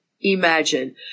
Imagine